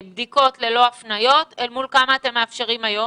ללא הפניות אל מול כמה אתם מאפשרים היום?